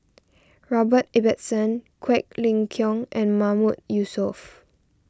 Robert Ibbetson Quek Ling Kiong and Mahmood Yusof